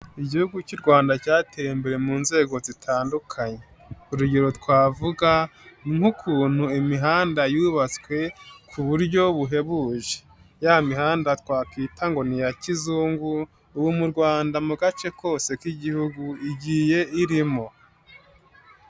Igihugu cy'u Rwanda cyateye imbere mu nzego zitandukanye, urugero twavuga nk'ukuntu imihanda yubatswe ku buryo buhebuje, ya mihanda twakwita ngo ni iya kizungu, ubu mu Rwanda mu gace kose k'igihugu, igiye irimo.